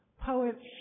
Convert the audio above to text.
Poets